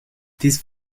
these